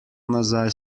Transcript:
nazaj